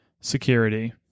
Security